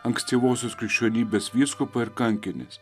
ankstyvosios krikščionybės vyskupą ir kankinės